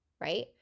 right